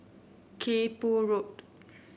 Kay Poh Road